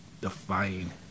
defying